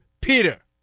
Peter